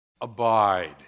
Abide